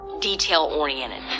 detail-oriented